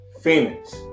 famous